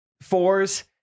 fours